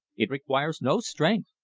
it requires no strength,